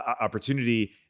opportunity